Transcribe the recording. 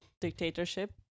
dictatorship